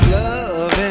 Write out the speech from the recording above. love